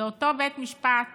זה אותו בית משפט